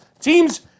Teams